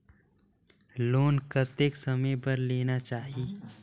Loan कतेक समय बर लेना चाही?